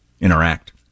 interact